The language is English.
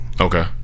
Okay